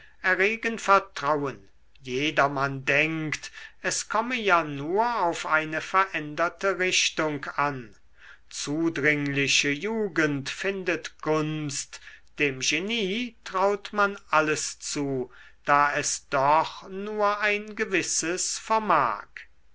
erregen vertrauen jedermann denkt es komme ja nur auf eine veränderte richtung an zudringliche jugend findet gunst dem genie traut man alles zu da es doch nur ein gewisses vermag